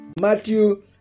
Matthew